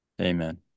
amen